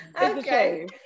Okay